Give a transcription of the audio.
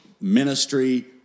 ministry